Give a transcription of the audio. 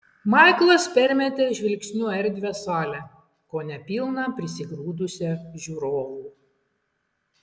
maiklas permetė žvilgsniu erdvią salę kone pilną prisigrūdusią žiūrovų